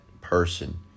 person